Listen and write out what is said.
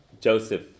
Joseph